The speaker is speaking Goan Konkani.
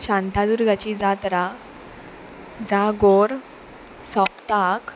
शांतादुर्गाची जात्रा जागोर सोंपताक